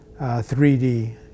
3D